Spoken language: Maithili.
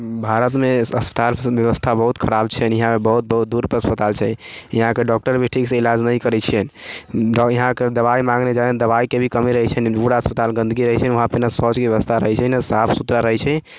भारत मे अस्पताल सब मे व्यवस्था बहुत खराब छै यहाँ बहुत बहुत दूर पे अस्पताल छै यहाँ के डॉक्टर भी ठीक से इलाज नहि करै छै जॅं यहाँ के दबाई माँगने जायब दबाई के भी कमी रहै छै पूरा अस्पताल गंदगी रहै छै वहाँ पे ना शौच के व्यवस्था रहै छै ना साफ सुथरा रहै छै